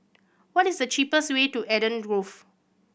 what is the cheapest way to Eden Grove